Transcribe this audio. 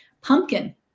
Pumpkin